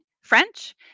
French